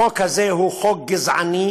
החוק הזה הוא חוק גזעני,